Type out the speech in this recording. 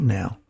now